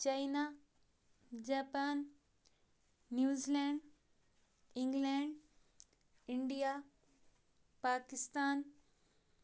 China Japan New Zealand England India Pakistan